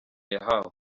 yahawe